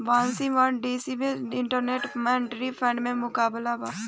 Washington DC में International Monetary Fund के मुख्यालय बा